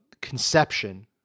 conception